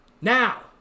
Now